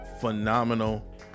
Phenomenal